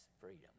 freedom